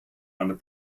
under